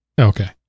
Okay